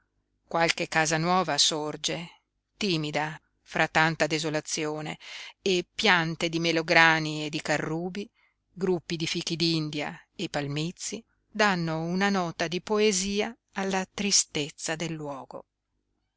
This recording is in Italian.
qualche casa nuova sorge timida fra tanta desolazione e piante di melograni e di carrubi gruppi di fichi d'india e palmizi danno una nota di poesia alla tristezza del luogo